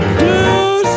blue